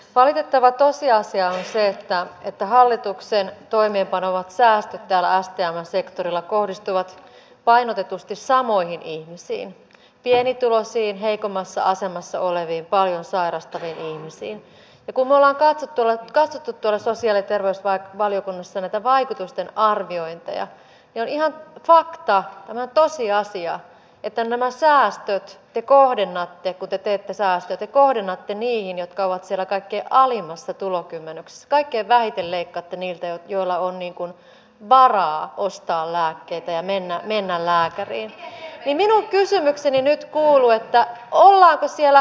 valitettava tosiasia on se että on että hallituksen toimeenpano on säästetty ala asteella sektorilla kohdistuvat painotetusti samoihin ihmisiin pienituloisiin heikommassa asemassa oleviin paljon sairastaviin ihmisiin kummola pää tulee tästä tuttua sosiaali terveys tai valiokunnissa joita vaikutusten arviointeja jarihan eikö tämä tosiasia että nämä säästöt te kohdennattekuteteitä saastete kohdennatte niihin jotka ovat sillä kaikkein alimmissa tulokymmenyksessä kaikkein vähiten leikkaatte niiltä joilla on niin kun juuri ole demokraattinen ja oikeudenmukainen toimintatapa joka myös lisää lasten välistä tasa arvoa